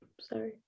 sorry